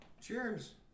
Cheers